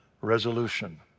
resolution